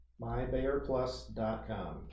MyBayerPlus.com